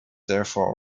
therefore